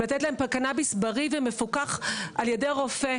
לתת להם קנביס בריא ומפוקח על ידי רופא.